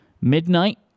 Midnight